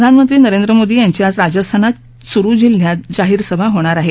प्रधानमंत्री नरेंद्र मोदी यांची आज राजस्थानात चुरु जिल्ह्यात जाहीर सभा होणार आहे